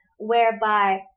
whereby